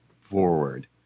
forward